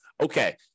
okay –